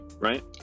right